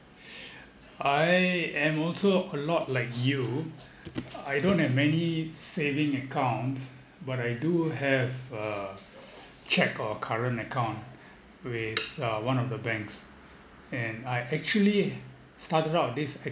I am also a lot like you I don't have many saving accounts but I do have a check or current account with uh one of the banks and I actually started out this